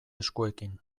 eskuekin